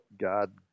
God